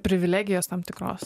privilegijos tam tikros